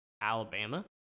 Alabama